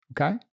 Okay